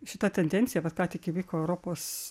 šita tendencija vat ką tik įvyko europos